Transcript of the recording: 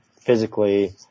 physically